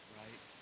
right